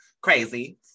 crazy